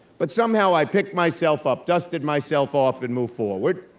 but somehow, i picked myself up, dusted myself off and moved forward,